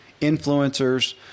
influencers